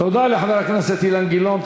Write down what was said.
תודה לחבר הכנסת אילן גילאון.